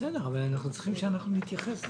בסדר, אבל אנחנו צריכים נוסח שנוכל להתייחס אליו.